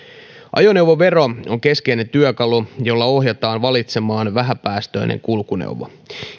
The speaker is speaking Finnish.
ajoneuvovero on keskeinen työkalu jolla ohjataan valitsemaan vähäpäästöinen kulkuneuvo